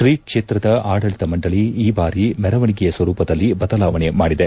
ಶ್ರೀ ಕ್ಷೇತ್ರದ ಆಡಳಿತ ಮಂಡಳಿ ಈ ಬಾರಿ ಮೆರವಣಿಗೆಯ ಸ್ವರೂಪದಲ್ಲಿ ಬದಲಾವಣೆ ಮಾಡಿದೆ